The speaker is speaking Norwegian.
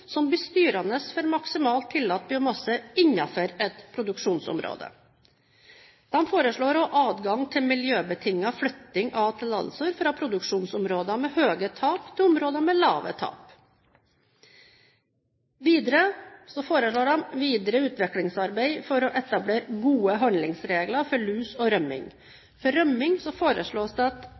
som blir styrende for maksimalt tillatt biomasse innenfor et produksjonsområde adgang til miljøbetinget flytting av tillatelser fra produksjonsområder med store tap til områder med små tap videre utviklingsarbeid for å etablere gode handlingsregler for lus og rømming – for rømming at næringen i et produksjonsområde har ansvaret for å ta ut rømt fisk fra elver der det